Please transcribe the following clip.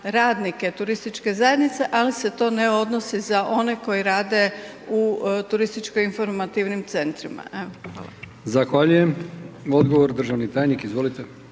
turističke zajednice, ali se to ne odnosi za one koji rade u turističko informativnim centrima.